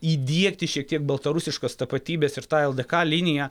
įdiegti šiek tiek baltarusiškos tapatybės ir tą ldk liniją